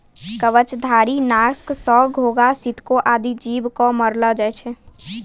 कवचधारी? नासक सँ घोघा, सितको आदि जीव क मारलो जाय छै